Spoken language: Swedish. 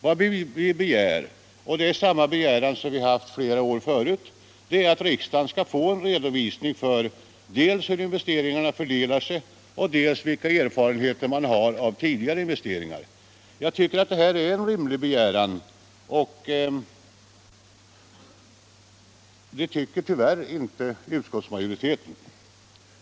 Vad vi begär — det är samma begäran nu som den vi har framställt tidigare under flera år —- är au riksdagen skall få en redovisning av dels hur investeringarna fördelar sig, dels vilka erfarenheter man har fått av tidigare investeringar. Jag tycker att detta är en rimlig begäran, men det anser tyvärr inte utskottsmajorileten.